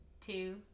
two